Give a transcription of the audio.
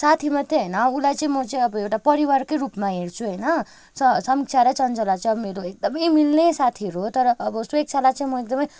साथी मात्रै होइन उसलाई चाहिँ म चाहिँ अब एउटा परिवारकै रूपमा हेर्छु होइन स समीक्षा र चञ्चला चाहिँ अब मेरो एकदमै मिल्ने साथीहरू हो तर अब सुवेक्षालाई चाहिँ म एकदमै